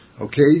Okay